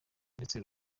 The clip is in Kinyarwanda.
ndetse